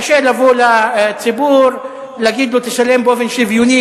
קשה לבוא לציבור להגיד לו: תשלם באופן שוויוני,